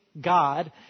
God